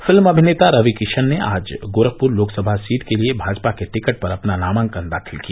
film अमिनेता रवि किशन ने आज गोरखपुर लोकसभा सीट के लिये भाजपा के टिकट पर अपना नामांकन दाखिल किया